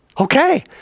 Okay